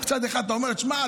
מצד אחד אתה אומר: תשמע,